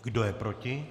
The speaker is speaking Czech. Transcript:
Kdo je proti?